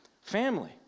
family